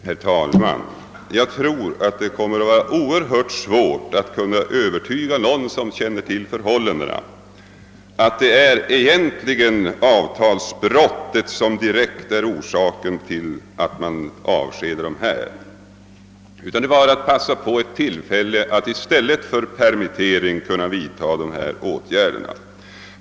Herr talman! Jag tror att det kommer att bli synnerligen svårt att övertyga någon som känner till förhållandena om att det egentligen är ett avtalsbrott som varit orsaken till att dessa arbetare avskedats. Tvärtom anser man att domänverket passade på tillfället att vidtaga dessa åtgärder i stället för att permittera vederbörande.